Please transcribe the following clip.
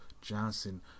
Johnson